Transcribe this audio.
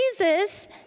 Jesus